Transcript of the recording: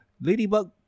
Ladybug